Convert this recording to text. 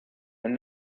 and